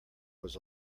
was